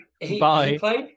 Bye